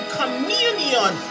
communion